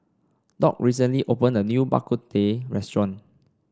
Doc recently opened a new Bak Ku Teh restaurant